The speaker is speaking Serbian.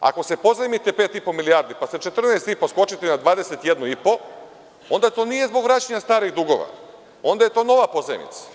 Ako se pozajmite pet i po milijarde pa sa 14,5 skočite na 21,5 onda to nije zbog vraćanja starih dugova, onda je to nova pozajmica.